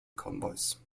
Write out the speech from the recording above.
convoys